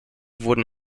wurden